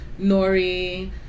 nori